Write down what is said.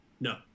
No